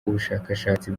ubushakashatsi